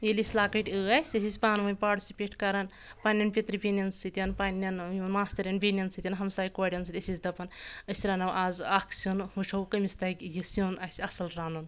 ییٚلہِ أسۍ لکٕٹۍ ٲسۍ أسۍ ٲسۍ پانہٕ ؤنۍ پاٹسِپیٹ کران پننؠن پِترٕ بیٚنین سۭتۍ پننؠن ماستٕریٚن بِیٚنؠن سۭتۍ ہمسایہِ کورؠن سۭتۍ أسۍ ٲسۍ دپان أسۍ رنو آز اکھ سیُن وٕچھو کٔمِس تَگہِ سیُن اَسہِ اَصٕل رَنُن